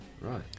Right